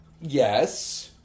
Yes